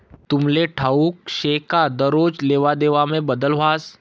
तुमले ठाऊक शे का दरोज लेवादेवामा बदल व्हस